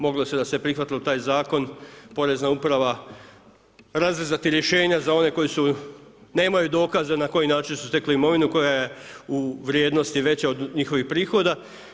Moglo se da se prihvatilo taj zakon porezna uprava razrezati rješenja za one koji su, nemaju dokaza na koji način su stekli imovinu koja je u vrijednosti veća od njihovih prihoda.